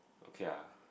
okay ah